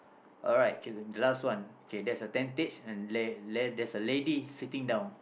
alright okay the last one okay there's a tentage and la~ la~ there's a lady sitting down